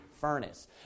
furnace